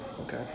Okay